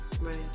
Right